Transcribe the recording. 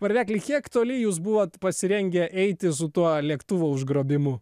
varvekli kiek toli jūs buvot pasirengę eiti su tuo lėktuvo užgrobimu